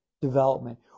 development